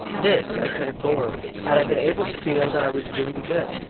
this i could have borne had i been able to feel that i was doing good,